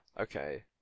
Okay